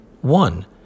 One